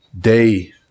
day